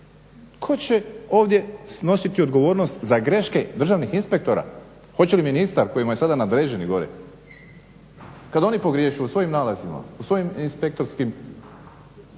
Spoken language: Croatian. Tko će ovdje snositi odgovornost za greške državnih inspektora? Hoće li ministar koji mu je sada nadređeni gore? Kad oni pogriješe u svojim nalazima, u svojim inspektorskim